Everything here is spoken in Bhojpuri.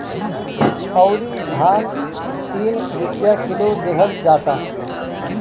अउरी धान तीन रुपिया किलो देहल जाता